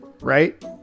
Right